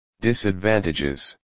Disadvantages